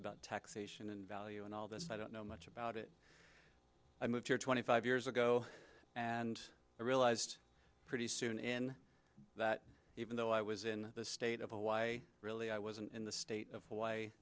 about taxation and value and all this i don't know much about it i moved here twenty five years ago and i realized pretty soon in that even though i was in the state of hawaii i really i wasn't in the state of